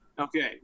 Okay